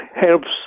helps